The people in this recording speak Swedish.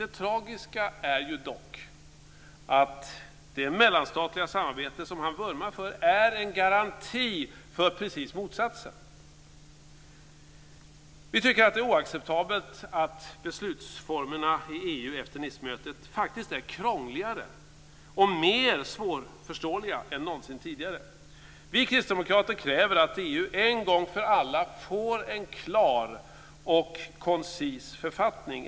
Det tragiska är dock att det mellanstatliga samarbete som han vurmar för är en garanti för precis motsatsen. Vi tycker att det är oacceptabelt att beslutsformerna i EU efter Nicemötet faktiskt är krångligare och mer svårförståeliga än någonsin tidigare. Vi kristdemokrater kräver att EU en gång för alla får en klar och koncis författning.